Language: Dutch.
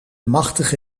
machtige